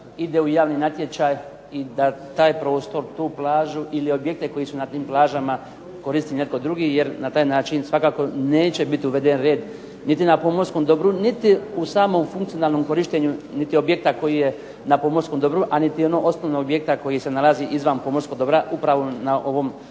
ide u javni natječaj pa da taj prostor, tu plažu, ili objekte koji su na tim plažama koristi netko drugi jer na takav način svakako neće biti uveden red niti na pomorskom dobru niti u samom funkcionalnom korištenju niti objekta koji je na pomorskom dobru a niti onog osnovnog objekta koji se nalazi izvan pomorskog dobra upravo na ovom